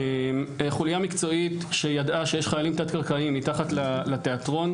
חוליה מקצועית שידעה שיש חללים תת קרקעיים מתחת לתיאטרון,